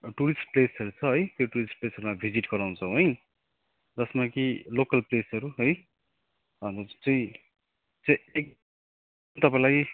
tourist प्लेसहरू छ है त्यो टुरिस्ट प्लेसहरूमा भिजिट गराउँछौँ है जसमा कि लोकल प्लेसहरू है अनि जस्तै चाहिँ तपाईँलाई